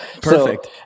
Perfect